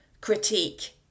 critique